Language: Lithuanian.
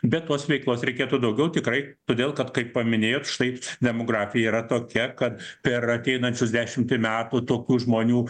bet tos veiklos reikėtų daugiau tikrai todėl kad kaip paminėjot štai demografija yra tokia kad per ateinančius dešimtį metų tokių žmonių